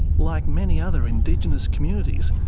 like many other indigenous communities,